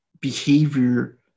behavior